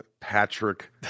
Patrick